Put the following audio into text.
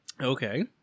Okay